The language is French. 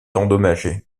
endommagé